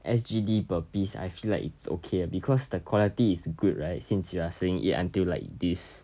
S_G_D per piece I feel like it's okay because the quality is good right since you are saying it until like this